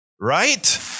right